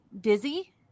dizzy